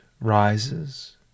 rises